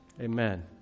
amen